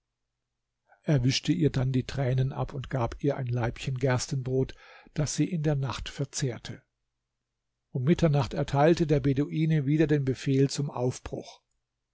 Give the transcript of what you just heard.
er wischte ihr dann die tränen ab und gab ihr ein laibchen gerstenbrot das sie in der nacht verzehrte um mitternacht erteilte der beduine wieder den befehl zum aufbruch